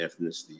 ethnicity